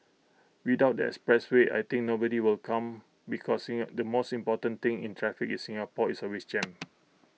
without the expressway I think nobody will come because in the most important thing in traffic in Singapore is always jammed